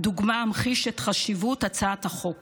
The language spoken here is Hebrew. את הצעת החוק